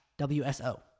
WSO